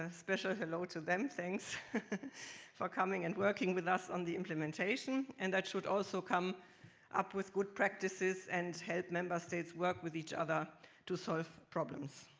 ah special hello to them, thanks for coming and working with us on the implementation. and that should also come up with good practices and help member states work with each other to solve problems.